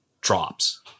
drops